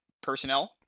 personnel